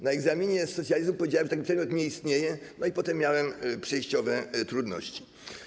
Na egzaminie z socjalizmu powiedziałem, że taki przedmiot nie istnieje i potem miałem przejściowe trudności.